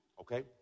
okay